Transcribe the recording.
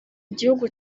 gihugu